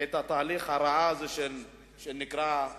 הרי אתם מכרתם את האידיאולוגיה שלכם בכלל.